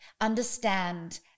understand